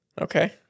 Okay